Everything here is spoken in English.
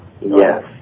Yes